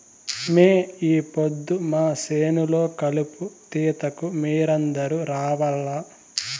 మే ఈ పొద్దు మా చేను లో కలుపు తీతకు మీరందరూ రావాల్లా